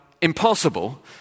impossible